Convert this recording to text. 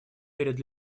перед